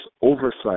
oversight